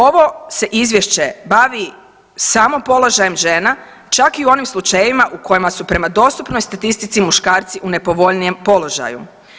Ovo se izvješće bavi samo položajem žena, čak i u onim slučajevima u kojima su prema dostupnoj statistici muškarci u nepovoljnijem položaju.